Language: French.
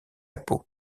peau